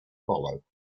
follow